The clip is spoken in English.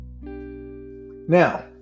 Now